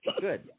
good